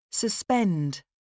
Suspend